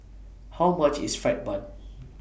How much IS Fried Bun